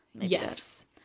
Yes